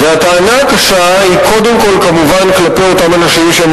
הטענה הקשה היא קודם כול כמובן כלפי אותם אנשים שהם